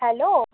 hello